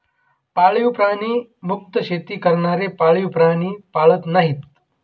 पाळीव प्राणी मुक्त शेती करणारे पाळीव प्राणी पाळत नाहीत